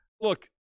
look